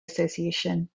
association